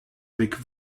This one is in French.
avec